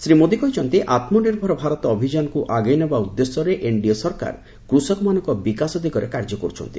ଶ୍ରୀ ମୋଦି କହିଛନ୍ତି ଆତ୍ମନିର୍ଭର ଭାରତ ଅଭିଯାନକୁ ଆଗେଇ ନେବା ଉଦ୍ଦେଶ୍ୟରେ ଏନ୍ଡିଏ ସରକାର କୃଷକମାନଙ୍କ ବିକାଶ ଦିଗରେ କାର୍ଯ୍ୟ କରୁଛନ୍ତି